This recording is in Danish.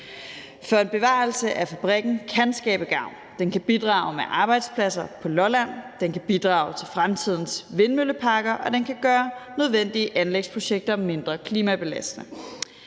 For en bevarelse af fabrikken kan blive til gavn; den kan bidrage med arbejdspladser på Lolland, den kan bidrage til fremtidens vindmølleparker, og den kan gøre nødvendige anlægsprojekter mindre klimabelastende.